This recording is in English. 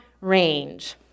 range